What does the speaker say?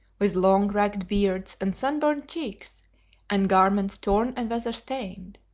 with long, ragged beards and sunburnt cheeks and garments torn and weather-stained.